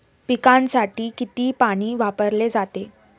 पिकांसाठी किती पाणी वापरले जाते?